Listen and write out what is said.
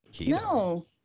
No